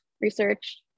research